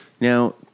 Now